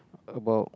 about